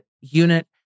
Unit